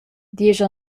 diesch